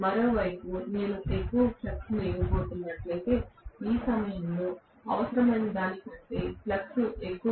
మరోవైపు నేను ఎక్కువ ఫ్లక్స్ ఇవ్వబోతున్నట్లయితే ఈ సమయంలో అవసరమైనదానికంటే ఫ్లక్స్ ఎక్కువ